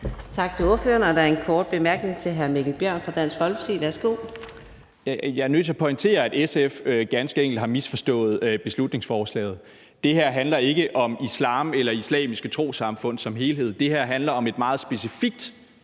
Tak til ordføreren. Der er en kort bemærkning til hr. Mikkel Bjørn fra Dansk Folkeparti. Værsgo. Kl. 14:29 Mikkel Bjørn (DF): Jeg er nødt til at pointere, at SF ganske enkelt har misforstået beslutningsforslaget. Det her handler ikke om islam eller islamiske trossamfund som helhed; det her handler om et meget specifikt